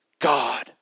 God